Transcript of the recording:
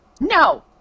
No